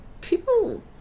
people